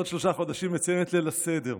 עוד שלושה חודשים נציין את ליל הסדר.